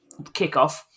kickoff